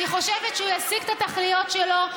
אני חושבת שהוא ישיג את התכליות שלו,